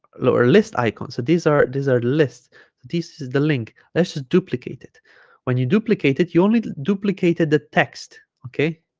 lower list icon so these are these are lists this is the link let's just duplicate it when you duplicate it you only duplicated the text okay